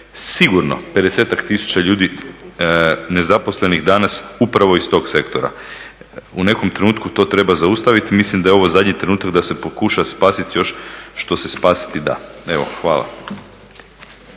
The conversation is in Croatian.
sigurno 50-ak tisuća ljudi nezaposlenih danas upravo iz tog sektora. U nekom trenutku to treba zaustaviti. Mislim da je ovo zadnji trenutak da se pokuša spasit još što se spasiti da. Hvala.